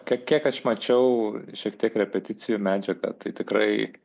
kiek aš mačiau šiek tiek repeticijų medžiagą tai tikrai